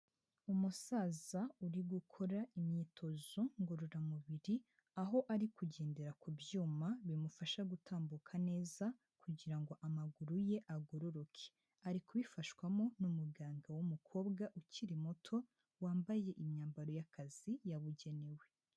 Umusaza uri gukora imyitozo ngororamubiri, aho ari kugendera ku byuma bimufasha gutambuka neza kugira ngo amaguru ye agororoke, ari kubifashwamo n'umuganga w'umukobwa ukiri muto wambaye imyambaro y'akazi yabugenewe.